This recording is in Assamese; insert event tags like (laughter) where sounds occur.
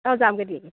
অঁ যাম (unintelligible)